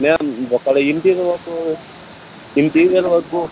ma'am ఒకవేల interior work interior work